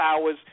hours